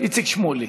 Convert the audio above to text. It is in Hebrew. איציק שמולי.